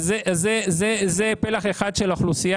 אז זה פלח אחד של אוכלוסייה,